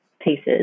pieces